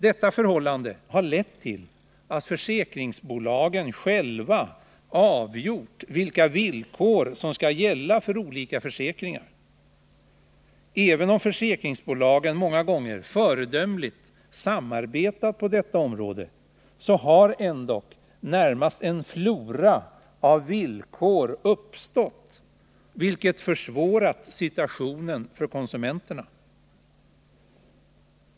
Detta förhållande har lett till att försäkringsbolagen själva avgjort vilka villkor som skall gälla för olika försäkringar. Även om försäkringsbolagen många gånger föredömligt samarbetat på detta område så har ändock närmast en flora av villkor uppstått, vilket försvårat situationen för konsumenterna.